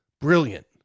brilliant